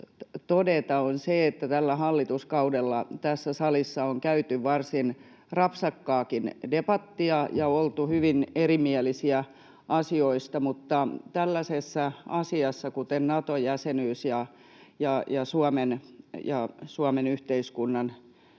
todeta, on se, että tällä hallituskaudella tässä salissa on käyty varsin rapsakkaakin debattia ja oltu hyvin erimielisiä asioista, mutta tällaiset asiat, kuten Nato-jäsenyys ja Suomen yhteiskunnan,